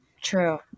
true